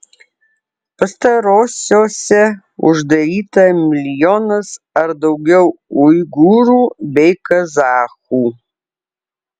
pastarosiose uždaryta milijonas ar daugiau uigūrų bei kazachų